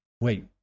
wait